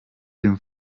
dem